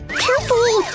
careful!